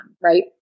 right